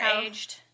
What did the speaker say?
aged